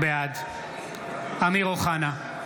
בעד אמיר אוחנה,